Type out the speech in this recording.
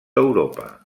europa